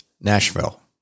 Nashville